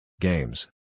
Games